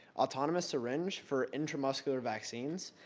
autonomous syringe for intramuscular vaccines.